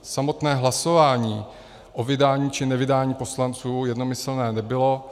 Samotné hlasování o vydání či nevydání poslanců jednomyslné nebylo.